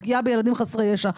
פגיעה בילדים חסרי ישע,